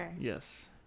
Yes